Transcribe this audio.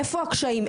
איפה הקשיים,